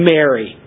Mary